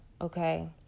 okay